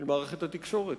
של מערכת התקשורת,